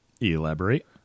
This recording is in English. Elaborate